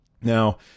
Now